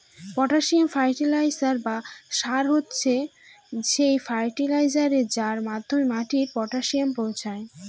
potassium fertiliser বা সার হচ্ছে সেই ফার্টিলাইজার যার মাধ্যমে মাটিতে পটাসিয়াম পৌঁছায়